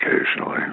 occasionally